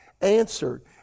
answered